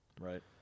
Right